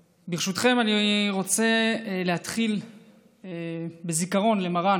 ברשותכם, אני רוצה להתחיל בזיכרון למרן